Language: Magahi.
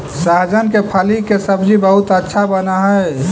सहजन के फली के सब्जी बहुत अच्छा बनऽ हई